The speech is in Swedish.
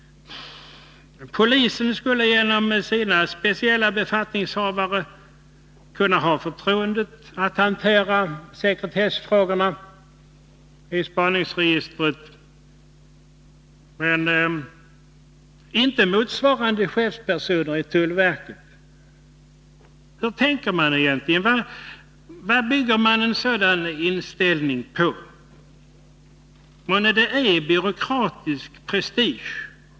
Polisen skulle alltså genom sina speciella befattningshavare kunna ha förtroendet att hantera sekretessfrågorna i spaningsregistret, men inte 41 motsvarande chefspersoner i tullverket. Hur tänker man egentligen? Vad bygger man en sådan inställning på? Månne det är byråkratisk prestige?